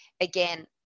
again